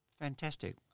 Fantastic